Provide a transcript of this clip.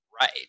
Right